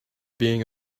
being